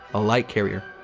a light carrier,